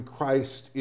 Christ